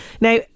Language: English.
Now